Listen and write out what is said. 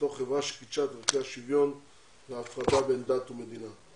לתוך חברה שקידשה את ערכי השוויון וההפרדה בין דת ומדינה.